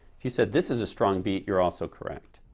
if you said this is a strong beat you are also correct.